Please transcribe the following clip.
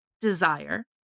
desire